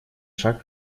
шаг